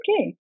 okay